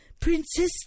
Princess